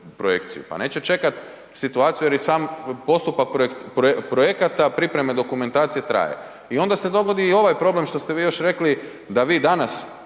pa neće čekati situaciju jer i sam postupak projekata pripreme dokumentacije traje. I onda se dogodi još i ovaj problem što ste vi rekli da vi danas